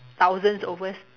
thousands over